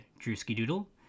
Drewski-Doodle